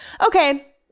Okay